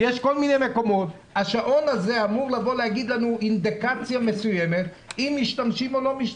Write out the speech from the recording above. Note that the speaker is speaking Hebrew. השעון הזה אמור לתת לנו אינדיקציה מסוימת אם משתמשים או לא.